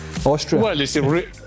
Austria